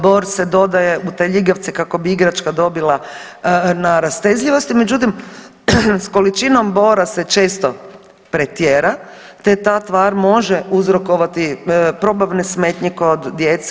Bor se dodaje u te ljigavce kako bi igračka dobila na rastezljivosti, međutim s količinom bora se često pretjera, te ta tvar može uzrokovati probavne smetnje kod djece.